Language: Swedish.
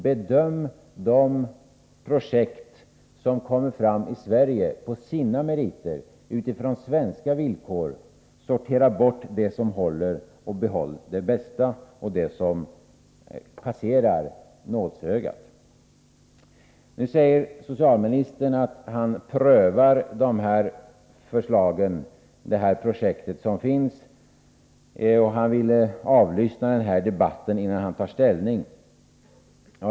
Bedöm de projekt ;: 5 5 Ye ; Måndagen den som kommer fram i Sverige på sina meriter, utifrån svenska villkor, sortera 30 januari 1984 bort det som inte håller och behåll det bästa, det som passerar nålsögat! Nu säger socialministern att han prövar det förslag till projekt som finns Omstatsbidragen och att han vill svlyssna denna debatt innan han tar ställning.